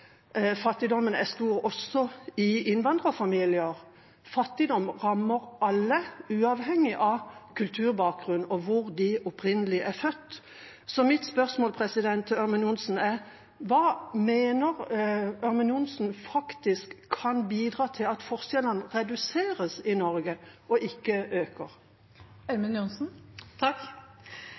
fattigdommen er stor også i innvandrerfamilier. Fattigdom rammer alle, uavhengig av kulturbakgrunn og hvor de opprinnelig er født. Mitt spørsmål til Ørmen Johnsen er: Hva mener Ørmen Johnsen faktisk kan bidra til at forskjellene i Norge reduseres og ikke